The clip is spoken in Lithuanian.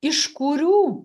iš kurių